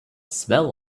smell